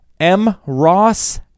mross